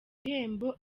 gihembo